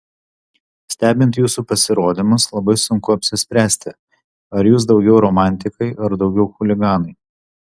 stebint jūsų pasirodymus labai sunku apsispręsti ar jūs daugiau romantikai ar daugiau chuliganai